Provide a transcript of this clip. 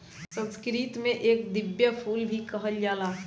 संस्कृत में एके दिव्य फूल भी कहल जाला